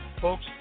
Folks